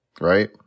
right